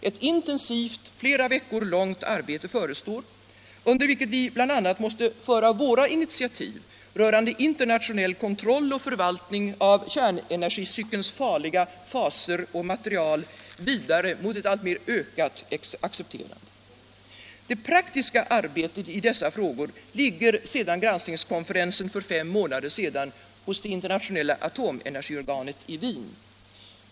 Ett intensivt, flera veckor långt arbete förestår, under vilket vi bl.a. måste föra våra initiativ rörande internationell kontroll och förvaltning av kärnenergicykelns farliga faser och material vidare mot ett alltmer ökat accepterande. Det praktiska arbetet i dessa frågor ligger sedan granskningskonferensen för fem månader sedan hos det internationella atomenergiorganet i Wien.